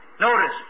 Notice